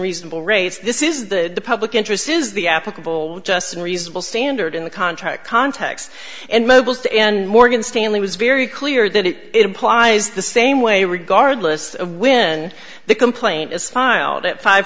reasonable rates this is the public interest is the applicable just and reasonable standard in the contract context and mobile and morgan stanley was very clear that it implies the same way regardless of when the complaint is filed at five